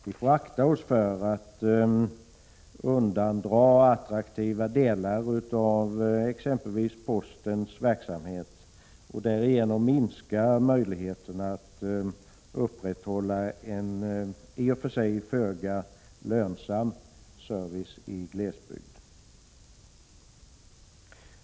Vi får akta oss för att undandra attraktiva delar av exempelvis postens verksamhet och därigenom minska möjligheterna att upprätthålla en i och för sig föga lönsam service i glesbygd.